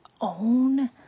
own